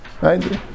right